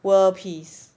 world peace